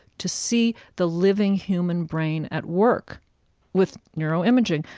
to see the living human brain at work with neuroimaging.